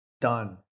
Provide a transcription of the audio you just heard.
Done